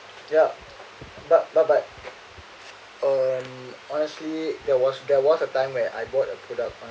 ya but but but and honestly there was there was a time where I bought a product